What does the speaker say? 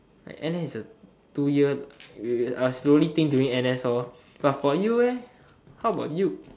n_s is a two year I slowly think during n_s lor but you how about you